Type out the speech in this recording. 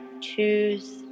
choose